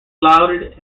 lauded